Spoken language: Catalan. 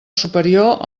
superior